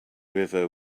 river